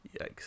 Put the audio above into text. Yikes